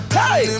hey